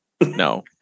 No